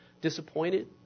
disappointed